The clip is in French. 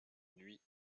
nuits